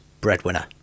Breadwinner